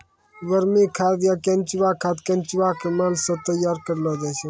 वर्मी खाद या केंचुआ खाद केंचुआ के मल सॅ तैयार करलो जाय छै